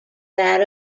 that